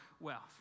wealth